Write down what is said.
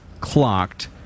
clocked